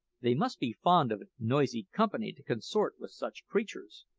they must be fond of noisy company to consort with such creatures.